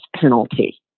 penalty